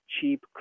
cheap